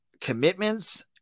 commitments